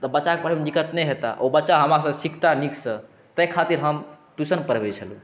तऽ बच्चाके पढ़बैमे दिक्कत नहि हेतै ओ बच्चा हमरासँ सीखता नीक सँ तै खातिर हम ट्यूशन पढ़बै छलहुँ